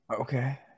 Okay